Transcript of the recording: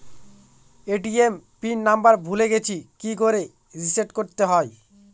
ATM pin number ভুলে গেছি কি করে রিসেট করতে হয়?